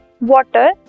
Water